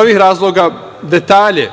ovih razloga detalje